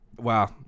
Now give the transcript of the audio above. Wow